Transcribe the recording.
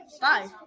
bye